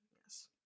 Yes